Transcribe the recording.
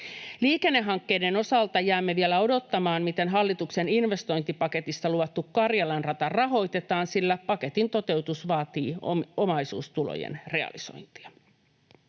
Liikennehankkeiden osalta jäämme vielä odottamaan, miten hallituksen investointipaketista luvattu Karjalan rata rahoitetaan, sillä paketin toteutus vaatii omaisuustulojen realisointia.